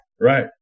right